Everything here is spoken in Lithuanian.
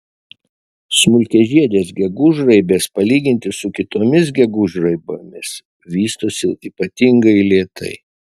smulkiažiedės gegužraibės palyginti su kitomis gegužraibėmis vystosi ypatingai lėtai